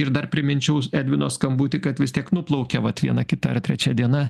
ir dar priminčiau edvino skambutį kad vis tiek nuplaukė vat viena kita ar trečia diena